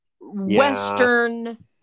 Western